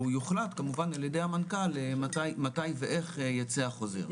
והוא יוחלט כמובן על ידי המנכ"ל מתי ואיך יצא החוזר.